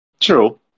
True